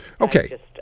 Okay